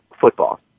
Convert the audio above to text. football